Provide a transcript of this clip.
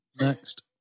next